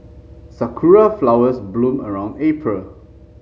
Sakura flowers bloom around April